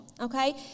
Okay